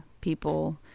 people